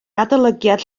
adolygiad